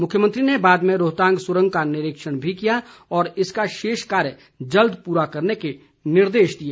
मुख्यमंत्री ने बाद में रोहतांग सुरंग का निरीक्षण भी किया और इसका शेष कार्य जल्द पूरा करने के निर्देश दिए